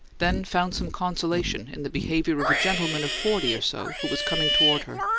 then found some consolation in the behaviour of a gentleman of forty or so who was coming toward her.